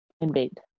invade